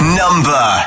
number